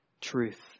truth